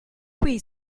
qui